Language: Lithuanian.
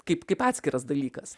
kaip kaip atskiras dalykas